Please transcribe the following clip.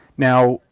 now,